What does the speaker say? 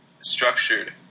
structured